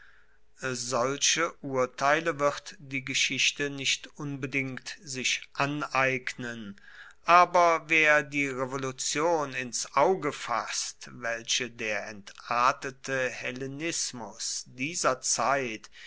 solche urteile wird die geschichte nicht unbedingt sich aneignen aber wer die revolution ins auge fasst welche der entartete hellenismus dieser zeit